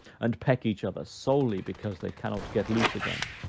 and peck each other solely because they cannot get loose again.